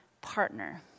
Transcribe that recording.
partner